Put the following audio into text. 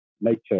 nature